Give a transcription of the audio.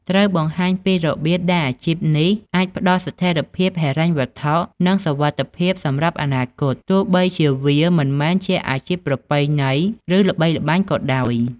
ត្រូវបង្ហាញពីរបៀបដែលអាជីពនេះអាចផ្ដល់ស្ថិរភាពហិរញ្ញវត្ថុ និងសុវត្ថិភាពសម្រាប់អនាគត ទោះបីជាវាមិនមែនជាអាជីពប្រពៃណី ឬល្បីល្បាញក៏ដោយ។